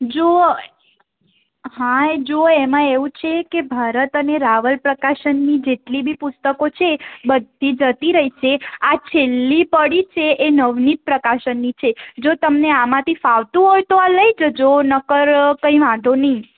જો હા જો એમાં એવું છે કે ભારત અને રાવલ પ્રકાશનની જેટલી બી પુસ્તકો છે બધી જતી રહી છે આ છેલ્લી પડી છે એ નવનીત પ્રકાશનની છે જો તમને આમાંથી ફાવતું હોય તો આ લઈ જજો નકર કંઈ વાંધો નહીં